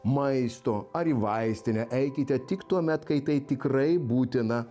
maisto ar į vaistinę eikite tik tuomet kai tai tikrai būtina